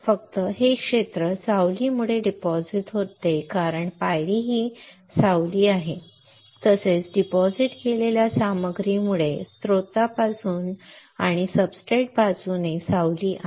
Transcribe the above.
फक्त हे क्षेत्र सावलीमुळे जमा होते कारण पायरी ही सावली आहे तसेच जमा केलेल्या सामग्रीमुळे स्त्रोतापासून आणि सब्सट्रेट बाजूने सावली आहे